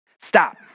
Stop